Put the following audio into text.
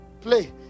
play